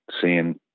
seeing